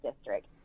district